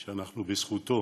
שאנחנו, בזכותו